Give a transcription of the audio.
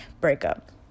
breakup